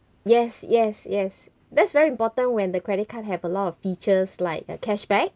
yes yes yes that's very important when the credit card have a lot of features like uh cashback